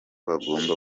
bagomba